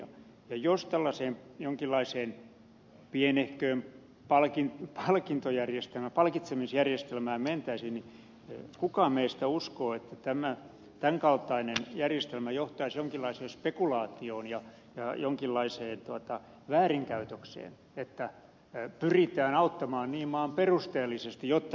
ja jos tällaiseen jonkinlaiseen pienehköön palkitsemisjärjestelmään mentäisiin niin kuka meistä uskoo että tämän kaltainen järjestelmä johtaisi jonkinlaiseen spekulaatioon ja jonkinlaiseen väärinkäytökseen että pyritään auttamaan niin maan perusteellisesti jotta saataisiin joitain auttamispalkkioita